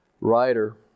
writer